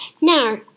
Now